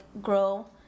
grow